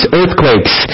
earthquakes